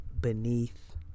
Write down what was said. beneath